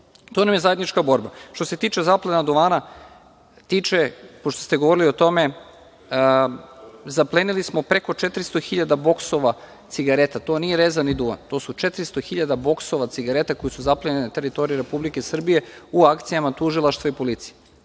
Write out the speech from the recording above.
To nam je zajednička borba. Što se tiče zaplene duvana, pošto ste govorili o tome, zaplenili smo preko 400.000 boksova cigareta. To nije rezani duvan. To su 400.000 boksova cigareta koji su zaplenjeni na teritoriji Republike Srbije u akcijama tužilaštva i policije.